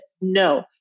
no